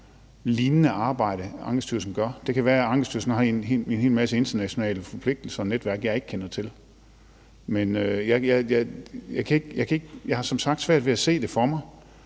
lignende arbejde, som Ankestyrelsen gør. Det kan være, at Ankestyrelsen har en hel masse internationale forpligtelser og netværk, jeg ikke kender til. Men jeg har som sagt svært ved at se det for mig.